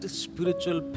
spiritual